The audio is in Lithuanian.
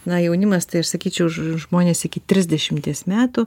na jaunimas tai aš sakyčiau žmonės iki trisdešimties metų